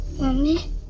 Mommy